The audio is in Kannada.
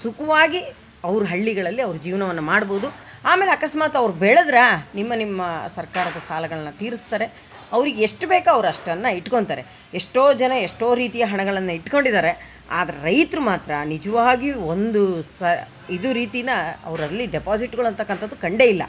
ಸುಖವಾಗಿ ಅವ್ರ ಹಳ್ಳಿಗಳಲ್ಲಿ ಅವ್ರ ಜೀವನವನ್ನ ಮಾಡ್ಬೌದು ಆಮೇಲೆ ಅಕಸ್ಮಾತ್ ಅವ್ರು ಬೆಳೆದ್ರೆ ನಿಮ್ಮ ನಿಮ್ಮ ಸರ್ಕಾರದ ಸಾಲಗಳನ್ನ ತೀರಿಸ್ತಾರೆ ಅವ್ರಿಗೆಷ್ಟು ಬೇಕೋ ಅವ್ರು ಅಷ್ಟನ್ನು ಇಟ್ಕೊತಾರೆ ಎಷ್ಟೋ ಜನ ಎಷ್ಟೋ ರೀತಿಯ ಹಣಗಳನ್ನು ಇಟ್ಕೊಂಡಿದಾರೆ ಆದರೆ ರೈತ್ರು ಮಾತ್ರ ನಿಜವಾಗಿಯೂ ಒಂದು ಸಹ ಇದು ರೀತಿನ ಅವ್ರು ಅಲ್ಲಿ ಡೆಪಾಸಿಟ್ಗಳು ಅಂತಕಂಥದ್ದು ಕಂಡೆಯಿಲ್ಲ